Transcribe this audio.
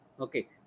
Okay